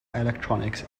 electronics